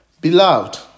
Beloved